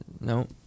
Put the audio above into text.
no